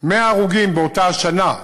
100 הרוגים באותה שנה.